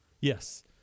Yes